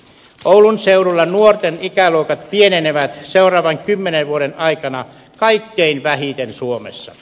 oulun seudulla nuorten ikäluokat pienenevät seuraavan kymmenen vuoden aikana kaikkein vähiten suomessa